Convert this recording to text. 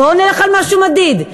בוא נלך על משהו מדיד.